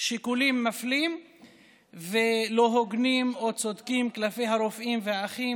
שיקולים מפלים ולא הוגנים או לא צודקים כלפי הרופאים והאחים,